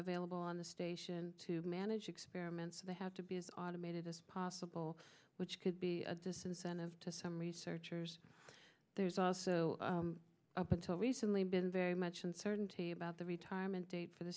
available on the station to manage experiments so they have to be as automated as possible which could be a disincentive to some researchers there's also up until recently been very much uncertainty about the retirement date for the